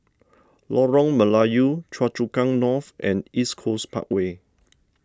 Lorong Melayu Choa Chu Kang North and East Coast Parkway